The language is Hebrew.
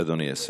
אדוני השר.